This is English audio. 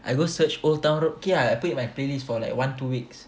I go search old town road K ah I put it in my playlist for like one two weeks